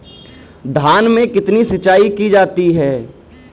धान में कितनी सिंचाई की जाती है?